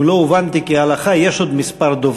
אם לא הובנתי כהלכה, יש עוד כמה דוברים.